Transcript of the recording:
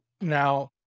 Now